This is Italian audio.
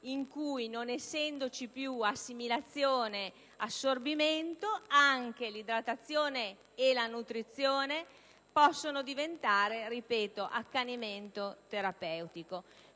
in cui, non essendoci più assimilazione ed assorbimento, anche l'idratazione e la nutrizione possono diventare accanimento terapeutico.